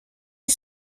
the